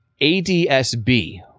ADSB